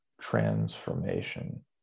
transformation